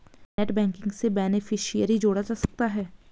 net banking से beneficiary जोड़ा जा सकता है